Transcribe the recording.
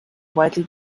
widely